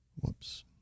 whoops